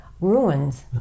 ruins